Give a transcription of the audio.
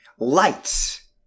lights